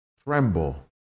tremble